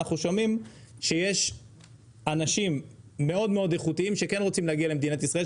אנחנו שומעים שיש אנשים מאוד איכותיים שכן רוצים להגיע למדינת ישראל,